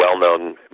well-known